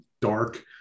dark